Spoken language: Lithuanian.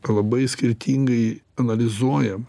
labai skirtingai analizuojam